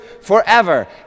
forever